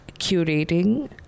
curating